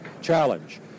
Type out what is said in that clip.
challenge